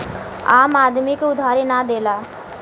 आम आदमी के उधारी ना देला